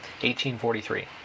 1843